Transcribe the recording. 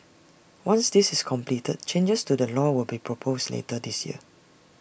once this is completed changes to the law will be proposed later this year